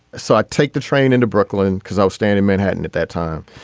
so i take the train into brooklyn because i'm standing manhattan at that time.